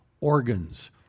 organs